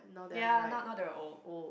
ya now now they are old